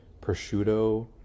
prosciutto